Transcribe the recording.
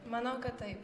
manau kad taip